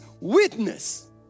witness